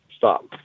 Stop